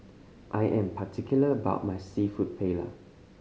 I am particular about my Seafood Paella